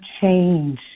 change